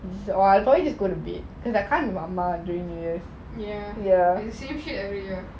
when was the year when like jumping up and down the bed